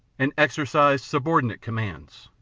and exercised subordinate commands.